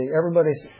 everybody's